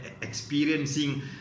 Experiencing